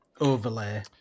overlay